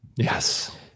Yes